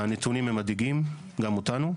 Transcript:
הנתונים הם מדאיגים גם אותנו.